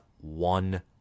one